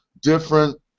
different